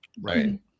right